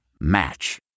Match